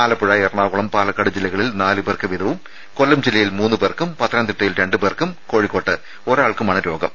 ആലപ്പുഴ എറണാകുളം പാലക്കാട് ജില്ലകളിൽ നാലുപേർക്ക് വീതവും കൊല്ലം ജില്ലയിൽ മൂന്ന് പേർക്കും പത്തനംതിട്ടയിൽ രണ്ട് പേർക്കും കോഴിക്കോട്ട് ഒരാൾക്കുമാണ് രോഗം